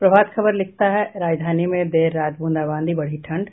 प्रभात खबर लिखता है राजधानी में देर रात ब्रंदाबादी बढी ठंड